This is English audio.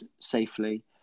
safely